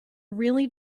really